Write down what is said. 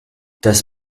das